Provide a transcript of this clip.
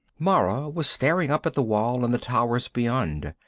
mara was staring up at the wall and the towers beyond.